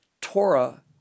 Torah